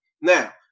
Now